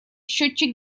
счетчик